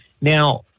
now